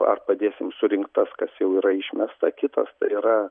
ar padėsim surinkt tas kas jau yra išmesta kitas tai yra